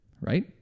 right